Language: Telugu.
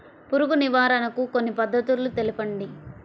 పురుగు నివారణకు కొన్ని పద్ధతులు తెలుపండి?